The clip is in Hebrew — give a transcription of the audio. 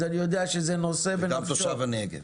אני יודע שזה נושא שבנפשו -- וגם תושב הנגב.